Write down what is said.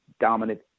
dominant